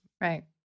Right